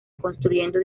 construyendo